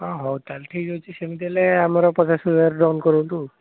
ହଁ ହଉ ତାହେଲେ ଠିକ୍ ଅଛି ସେମିତି ହେଲେ ଆମର ପଚାଶ୍ ହଜାର୍ ଡନ୍ କରନ୍ତୁ